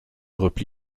repli